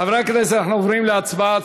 חברי הכנסת, אנחנו עוברים להצבעה.